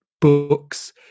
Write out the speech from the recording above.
books